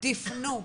תפנו,